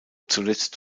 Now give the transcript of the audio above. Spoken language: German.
zuletzt